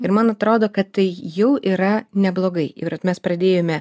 ir man atrodo kad tai jau yra neblogai ir vat mes pradėjome